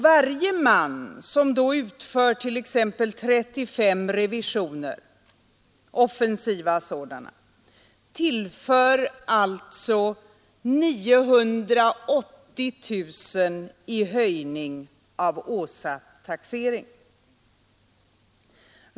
Varje man som då utför t.ex. 35 revisioner, offensiva sådana, åstadkommer alltså 980 000 kronor i höjning av åsatt taxering.